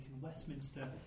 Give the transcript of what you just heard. Westminster